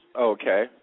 Okay